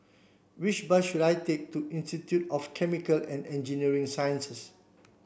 which bus should I take to Institute of Chemical and Engineering Sciences